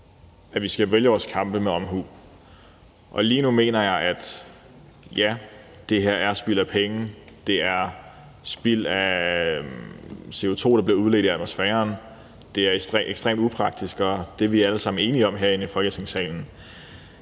at vi skal vælge vores kampe med omhu. Og lige nu mener jeg, at det her er spild af penge, det er spild af CO2, der bliver udledt i atmosfæren, det er ekstremt upraktisk, og det er vi alle sammen enige om herinde i Folketingssalen.